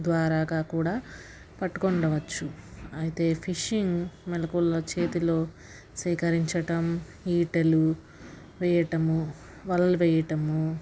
ద్వారాగా కూడా పట్టుకో ఉండవచ్చు అయితే ఫిషింగ్ మెలకువల్లో చేతిలో స్వీకరించటం ఈటలు వేయటము వలలు వేయటము